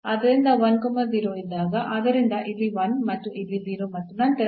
ಆದ್ದರಿಂದ ಇದ್ದಾಗ ಆದ್ದರಿಂದ ಇಲ್ಲಿ 1 ಮತ್ತು ಇಲ್ಲಿ 0 ಮತ್ತು ನಂತರ